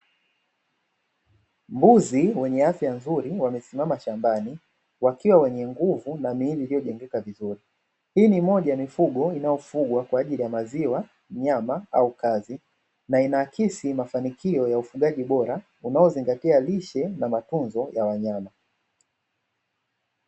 Mbuzi wenye afya nzuri wamesimama shambani wakiwa wenye nguvu na miili iliyojengeka vizuri; hii ni moja ya mifugo inayofugwa kwa ajili ya: maziwa, nyama au kazi na inaakisi mafanikio ya ufugaji bora unaozingatia lishe na matunzo ya wanyama.